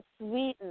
Sweden